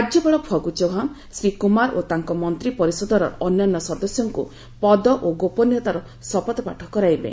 ରାଜ୍ୟପାଳ ଫଗୁ ଚୌହାନ୍ ଶ୍ରୀ କୁମାର ଓ ତାଙ୍କ ମନ୍ତ୍ରୀ ପରିଷଦର ଅନ୍ୟାନ୍ୟ ସଦସ୍ୟଙ୍କୁ ପଦ ଓ ଗୋପନୀୟତାର ଶପଥପାଠ କରାଇବେ